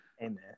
amen